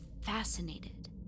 fascinated